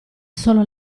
solo